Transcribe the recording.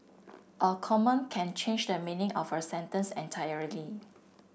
a comma can change the meaning of a sentence entirely